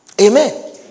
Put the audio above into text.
Amen